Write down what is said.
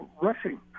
rushing